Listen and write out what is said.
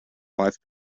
five